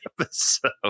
episode